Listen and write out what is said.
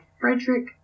Frederick